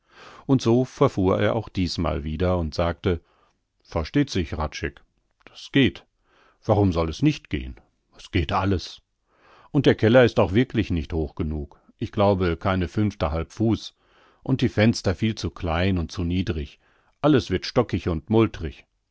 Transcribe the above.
und so verfuhr er auch diesmal wieder und sagte versteht sich hradscheck es geht warum soll es nicht gehn es geht alles und der keller ist auch wirklich nicht hoch genug ich glaube keine fünftehalb fuß und die fenster viel zu klein und zu niedrig alles wird stockig und